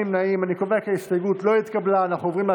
קבוצת סיעת יהדות התורה וקבוצת סיעת